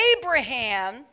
Abraham